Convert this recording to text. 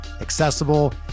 accessible